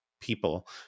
people